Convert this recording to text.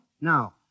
Now